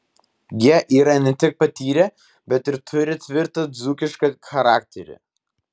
jie yra ne tik patyrę bet ir turi tvirtą dzūkišką charakterį